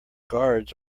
guards